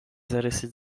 zarysy